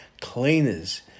cleaners